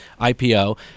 IPO